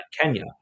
Kenya